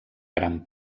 gran